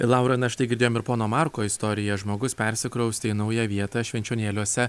laura na štai girdėjom ir pono marko istoriją žmogus persikraustė į naują vietą švenčionėliuose